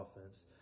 offense